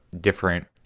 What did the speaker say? different